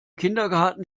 kindergarten